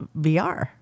VR